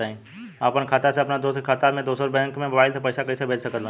हम आपन खाता से अपना दोस्त के खाता मे दोसर बैंक मे मोबाइल से पैसा कैसे भेज सकत बानी?